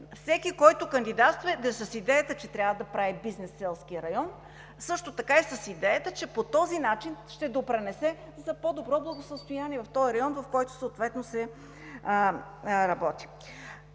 всеки, който кандидатства, да е с идеята, че трябва да прави бизнес в селския район, също така и с идеята, че по този начин ще допринесе за по-добро благосъстояние в този район, в който съответно се работи.